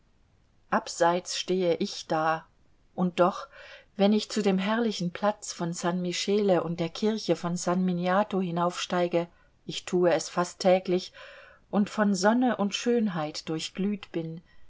abseits stehe ich da und doch wenn ich zu dem herrlichen platz von san michele und der kirche von san miniato hinaufsteige ich tue es fast täglich und von sonne und schönheit durchglüht bin